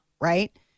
right